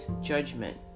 judgment